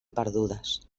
perdudes